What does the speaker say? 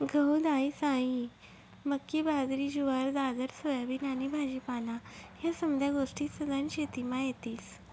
गहू, दायीसायी, मक्की, बाजरी, जुवार, दादर, सोयाबीन आनी भाजीपाला ह्या समद्या गोष्टी सधन शेतीमा येतीस